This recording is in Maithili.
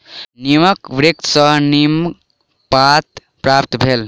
नीमक वृक्ष सॅ नीमक पात प्राप्त भेल